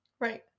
Right